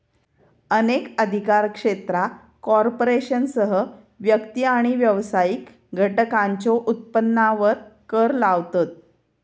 अनेक अधिकार क्षेत्रा कॉर्पोरेशनसह व्यक्ती आणि व्यावसायिक घटकांच्यो उत्पन्नावर कर लावतत